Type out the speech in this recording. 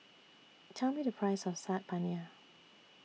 Tell Me The Price of Saag Paneer